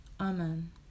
Amen